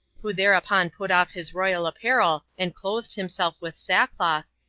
who thereupon put off his royal apparel, and clothed himself with sackcloth,